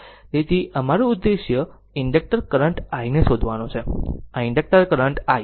તેથી અમારું ઉદ્દેશ ઇન્ડકટર કરન્ટ i ને શોધવાનો છે આ ઇન્ડકટર કરંટ i